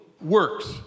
works